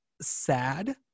sad